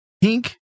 pink